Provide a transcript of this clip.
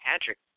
Patrick